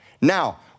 Now